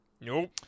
Nope